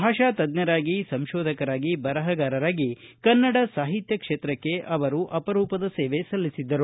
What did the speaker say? ಭಾಷಾ ತಜ್ಞರಾಗಿ ಸಂಶೋಧಕರಾಗಿ ಬರಹಗಾರರಾಗಿ ಕನ್ನಡ ಸಾಹಿತ್ಯ ಕ್ಷೇತ್ರಕ್ಕೆ ಅಪರೂಪದ ಸೇವೆ ಸಲ್ಲಿಸಿದ್ದರು